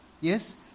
Yes